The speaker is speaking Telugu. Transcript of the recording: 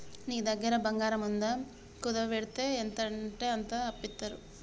నీ దగ్గర బంగారముందా, కుదువవెడ్తే ఎంతంటంత అప్పిత్తరు